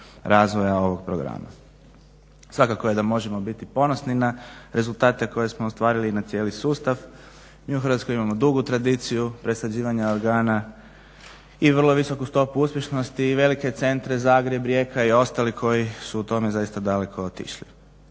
razvoja ovog programa. Svakako da možemo biti ponosni na rezultate koje smo ostvarili i na cijeli sustav. Mi u Hrvatskoj imamo dugu tradiciju presađivanja organa i vrlo visoku stopu uspješnosti i velike centre Zagreb, Rijeka i ostali koji su u tome zaista daleko otišli.